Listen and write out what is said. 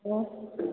ꯑꯣ